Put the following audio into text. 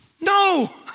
No